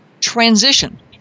transition